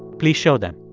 please show them.